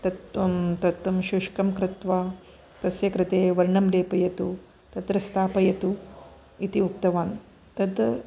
तत् त्वं तत्तं शुष्कं कृत्वा तस्य कृते वर्णं लेपयतु तत्र स्थापयतु इति उक्तवान् तद्